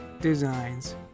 designs